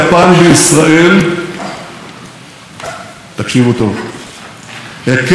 היקף ההשקעות של יפן בישראל גדל פי 40,